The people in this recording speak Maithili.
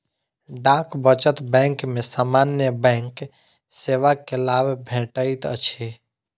डाक बचत बैंक में सामान्य बैंक सेवा के लाभ भेटैत अछि